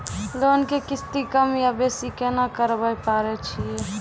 Loan के किस्ती कम या बेसी केना करबै पारे छियै?